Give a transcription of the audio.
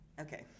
Okay